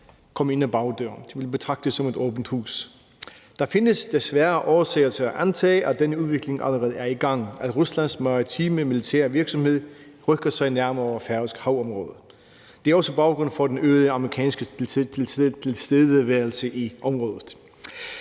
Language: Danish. komme ind ad bagdøren. De vil betragte det som et åbent hus. Der findes desværre årsager til at antage, at denne udvikling allerede er i gang, altså at Ruslands maritime militære virksomhed rykker sig nærmere færøsk havområde. Det er også baggrunden for den øgede amerikanske tilstedeværelse i området.